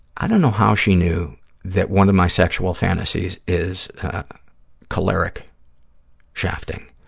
i don't know how she knew that one of my sexual fantasies is choleric shafting.